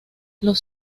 los